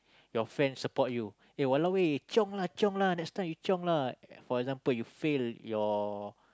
your friend support you eh !walao! eh chiong lah chiong lah next time you chiong lah for example you fail your